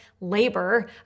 labor